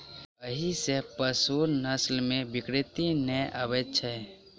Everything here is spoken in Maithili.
एहि सॅ पशुक नस्ल मे विकृति नै आबैत छै